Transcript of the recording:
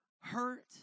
hurt